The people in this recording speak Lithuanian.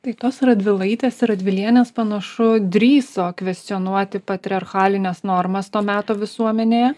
tai tos radvilaitės ir radvilienės panašu drįso kvestionuoti patriarchalines normas to meto visuomenėje